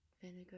vinegar